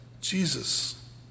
Jesus